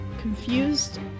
confused